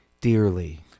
dearly